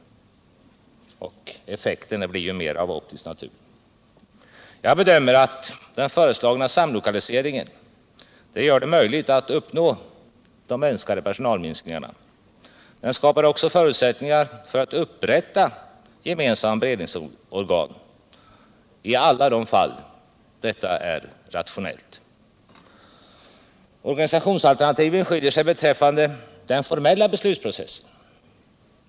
Effekten blir därför mera av optisk natur. Jag bedömer att den föreslagna samlokaliseringen gör det möjligt att uppnå önskade personalminskningar. Den skapar också förutsättningar för att upprätta gemensamma beredningsorgan i alla de fall där detta är rationellt. Organisationsalternativen skiljer sig beträffande den formella beslutsprocessen.